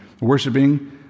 worshiping